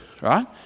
right